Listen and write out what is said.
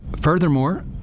Furthermore